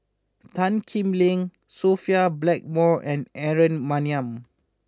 Tan Kim Seng Sophia Blackmore and Aaron Maniam